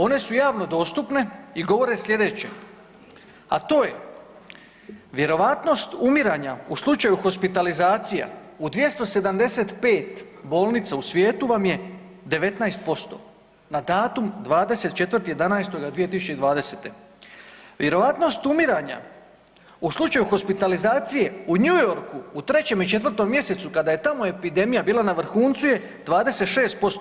One su javno dostupne i govore sljedeće, a to je vjerovatnost umiranja u slučaju hospitalizacija u 275 bolnica u svijetu vam je 19% na datum 24.11.2020., vjerovatnost umiranja u slučaju hospitalizacije u New Yorku u 3. i 4. mjesecu kada je tamo epidemija bila na vrhuncu je 26%